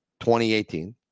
2018